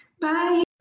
Bye